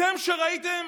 אתם שראיתם